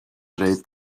greu